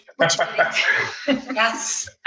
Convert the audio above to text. yes